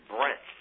Brent